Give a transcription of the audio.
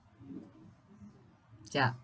ya